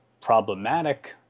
problematic